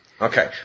okay